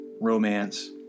romance